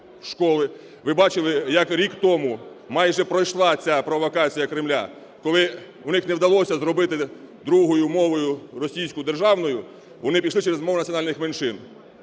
Ви бачили, як рік тому майже пройшла ця провокація Кремля, коли у них не вдалося зробити другою мовою російську державною, вони пішли через мову національних меншин.